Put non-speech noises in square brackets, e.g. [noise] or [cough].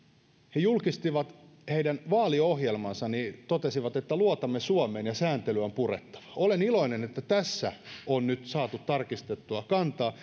he julkistivat heidän vaaliohjelmansa he totesivat että luotamme suomeen ja sääntelyä on purettava olen iloinen että tässä on nyt saatu tarkistettua kantaa [unintelligible]